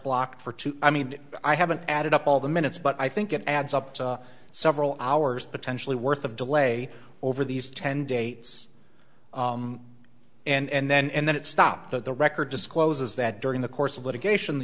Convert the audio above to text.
blocked for two i mean i haven't added up all the minutes but i think it adds up to several hours potentially worth of delay over these ten day and then and then it stopped the record discloses that during the course of litigation the